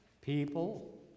people